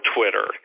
Twitter